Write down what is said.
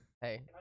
Hey